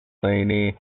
blaney